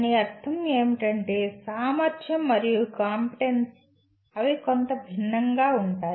దాని అర్థం ఏమిటంటే సామర్ధ్యం మరియు కాంపిటెన్స్ అవి కొంత భిన్నంగా ఉంటాయి